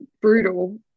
brutal